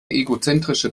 egozentrische